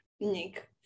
Nick